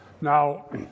Now